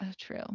true